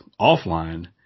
offline